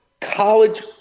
college